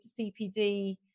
CPD